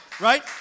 right